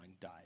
died